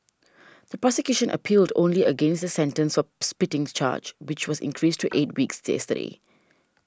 the prosecution appealed only against the sentence of spitting charge which was increased to eight weeks yesterday